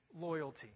loyalty